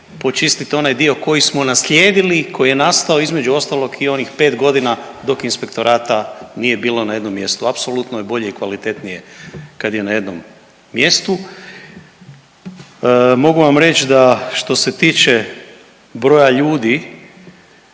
počistit onaj dio koji smo naslijedili koji je nastao između ostalog i onih pet godina dok inspektorata nije bilo na jednom mjestu. Apsolutno je bolje i kvalitetnije kad je na jednom mjestu. Mogu vam reć da što se tiče broja ljudi,